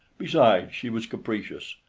besides, she was capricious,